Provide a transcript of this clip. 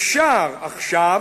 "אפשר עכשיו,